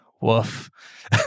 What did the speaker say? Woof